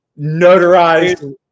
notarized